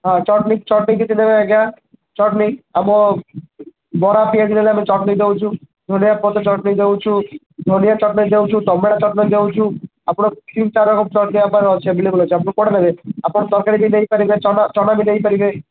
ହଁ ଚଟଣୀ ଚଟଣୀ କେତେ ନେବେ ଆଜ୍ଞା ଚଟଣୀ ଆମ ବରା ପିଆଜି ନେଲେ ଆମେ ଚଟଣୀ ଦେଉଛୁ ଧନିଆ ପତ୍ର ଚଟଣୀ ଦେଉଛୁ ନଡ଼ିଆ ଚଟଣୀ ଦେଉଛୁ ଟମାଟୋ ଚଟଣୀ ଦେଉଛୁ ଆପଣ କିନ୍ ପ୍ରକାରର ଚଟଣୀ ଆମ ପାଖରେ ଅଛି ଆଭେଲେବଲ୍ ଅଛି ଆପଣ କେଉଁଟା ନେବେ ଆପଣ ତରକାରୀ ବି ନେଇପାରିବେ ଚଣା ଚଣା ବି ନେଇପାରିବେ